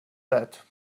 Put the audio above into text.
that